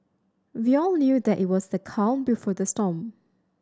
we all knew that it was the calm before the storm